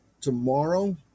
tomorrow